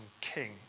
king